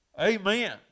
Amen